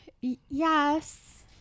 Yes